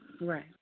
Right